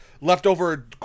leftover